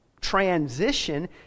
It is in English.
transition